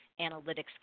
analytics